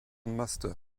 master